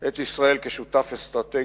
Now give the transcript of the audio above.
את ישראל כשותף אסטרטגי,